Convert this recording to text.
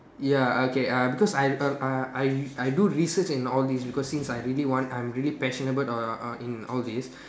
ya okay uh because I uh I I I do research and all this because since I really want I'm really passionate uh in all this